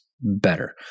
better